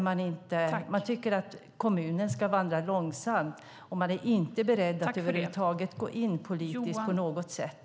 Man tycker att kommunen ska gå långsamt fram, och man är inte beredd att över huvud taget gå in politiskt på något sätt.